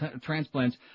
transplants